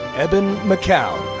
eben mccown.